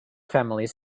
families